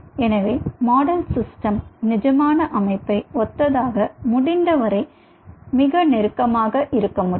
எனவே model system நிஜமான அமைப்பை ஓத்ததாக முடிந்தவரை நெருக்கமாக இருக்க முடியும்